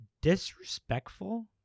disrespectful